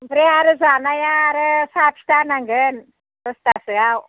ओमफ्राय आरो जानाया आरो साहा फिथा होनांगोन दसथासोआव